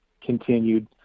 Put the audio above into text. continued